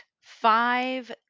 five